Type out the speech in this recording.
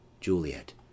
Juliet